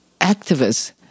activists